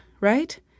right